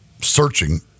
searching